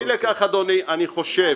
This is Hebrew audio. אי לכך, אדוני, אני חושב,